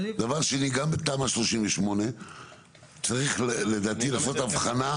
דבר שני, גם בתמ"א 38, צריך, לדעתי, לעשות אבחנה,